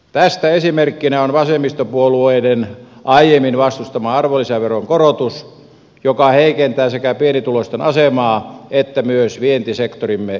tästä esimerkkinä on vasemmistopuolueiden aiemmin vastustama arvonlisäveron korotus joka heikentää sekä pienituloisten asemaa että myös vientisektorimme kilpailukykyä